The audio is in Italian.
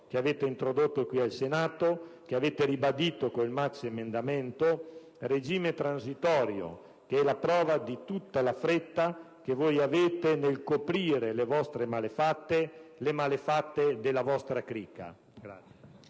che avete introdotto qui al Senato e che avete ribadito con il maxiemendamento. Il regime transitorio è la prova di tutta la fretta che voi avete nel coprire le vostre malefatte, le malefatte della vostra cricca.